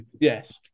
Yes